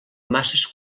masses